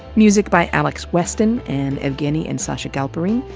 music by alex weston, and evgueni and sasha galperine.